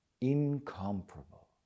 Incomparable